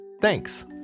Thanks